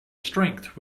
strength